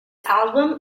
album